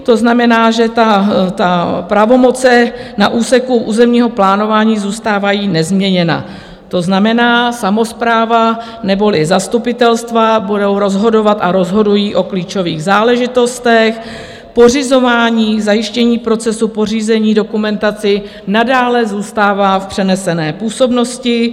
To znamená, že pravomoce na úseku územního plánování zůstávají nezměněny, to znamená, samospráva neboli zastupitelstva budou rozhodovat a rozhodují o klíčových záležitostech, pořizování, k zajištění procesu pořízení dokumentace nadále zůstává v přenesené působnosti.